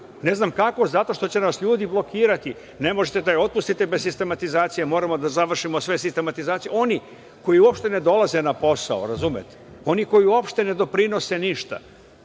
Ne znam kako zato što će nas ljudi blokirali. Ne možete da otpustite bez sistematizacije, moramo da završimo sve sistematizacije. Oni koji uopšte ne dolaze na posao, razumete, oni koji uopšte ne doprinose ništa.